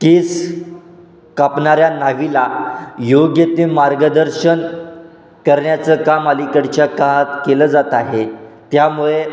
केस कापणाऱ्या न्हावीला योग्य ते मार्गदर्शन करण्याचं काम अलीकडच्या काळात केलं जात आहे त्यामुळे